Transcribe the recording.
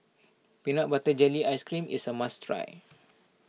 Peanut Butter Jelly Ice Cream is a must try